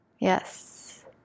yes